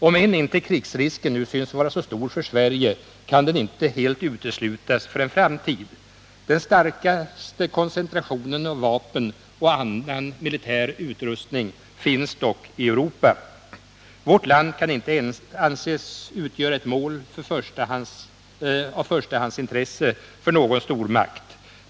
Om än inte krigsrisken synes vara så stor för Sverige, kan den inte helt uteslutas för en framtid. Den starkaste koncentrationen av vapen och annan militär utrustning finns dock i Europa. Vårt land kan inte anses utgöra ett mål av förstahandsintresse för någon stormakt.